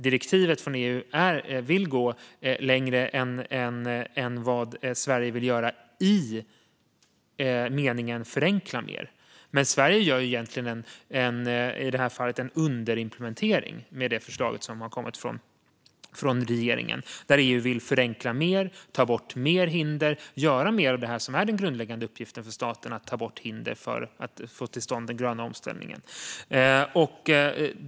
Direktivet från EU vill gå längre än vad Sverige vill göra vad gäller att förenkla mer. Sverige gör i det här fallet en underimplementering med det förslag som har kommit från regeringen. EU vill förenkla mer, ta bort mer hinder och göra mer av det som är den grundläggande uppgiften för staten, att ta bort hinder för att få till stånd den gröna omställningen.